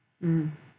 mm